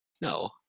no